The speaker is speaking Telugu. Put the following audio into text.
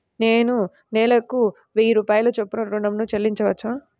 నేను నెలకు వెయ్యి రూపాయల చొప్పున ఋణం ను చెల్లించవచ్చా?